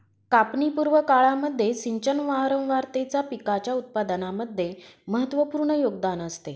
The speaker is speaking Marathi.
कापणी पूर्व काळामध्ये सिंचन वारंवारतेचा पिकाच्या उत्पादनामध्ये महत्त्वपूर्ण योगदान असते